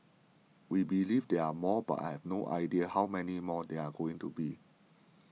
we believe there are more but I have no idea how many more there are going to be